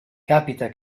capita